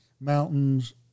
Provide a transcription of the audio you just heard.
mountains